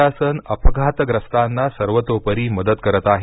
प्रशासन अपघातग्रस्तांना सर्वतोपरी मदत करत आहे